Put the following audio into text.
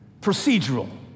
procedural